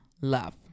love